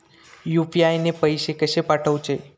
UPI ने पैशे कशे पाठवूचे?